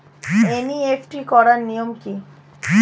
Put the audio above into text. NEFT করার নিয়ম কী?